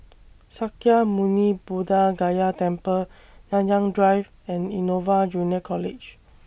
Sakya Muni Buddha Gaya Temple Nanyang Drive and Innova Junior College